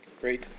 Great